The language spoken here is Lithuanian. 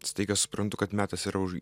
staiga suprantu kad metas yra už